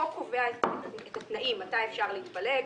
החוק קובע את התנאים, מתי אפשר להתפלג.